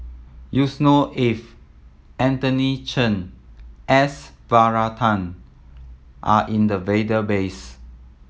Yusnor Ef Anthony Chen S Varathan are in the database